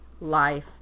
life